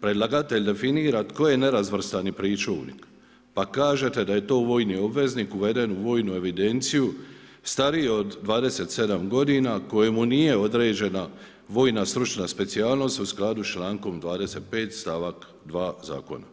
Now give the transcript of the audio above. predlagatelj definira tko je nerazvrstani pričuvnik, pa kažete da je to vojni obveznik uveden u vojnu evidenciju stariji od 27. godina kojemu nije određena vojna stručna specijalnost u skladu sa člankom 25. stavak 2. zakona.